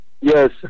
yes